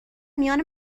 میان